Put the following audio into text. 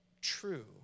true